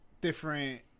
different